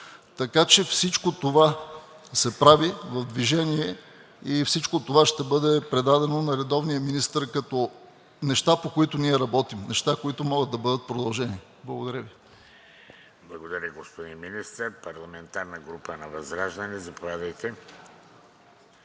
Така че всичко това се прави в движение и всичко това ще бъде предадено на редовния министър като неща, по които ние работим, неща, които могат да бъдат продължени. Благодаря Ви. ПРЕДСЕДАТЕЛ ВЕЖДИ РАШИДОВ: Благодаря, господин Министър. От парламентарната група на ВЪЗРАЖДАНЕ – заповядайте.